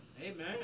Amen